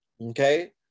okay